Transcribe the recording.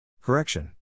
Correction